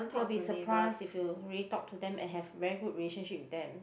you will be surprised if you really talk to them and have very good relationship with them